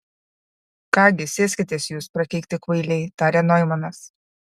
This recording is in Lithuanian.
ką gi sėskitės jūs prakeikti kvailiai tarė noimanas